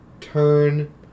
turn